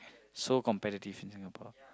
so competitive in Singapore